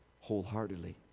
wholeheartedly